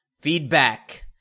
Feedback